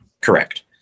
Correct